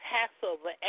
Passover